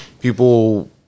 people